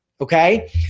Okay